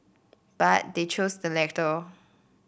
but they chose the latter